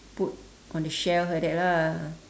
put on the shelf like that lah